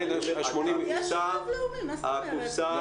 הקופסא